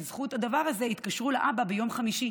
בזכות הדבר הזה התקשרו לאבא ביום חמישי,